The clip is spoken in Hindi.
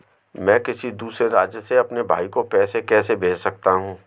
मैं किसी दूसरे राज्य से अपने भाई को पैसे कैसे भेज सकता हूं?